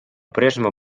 прежнему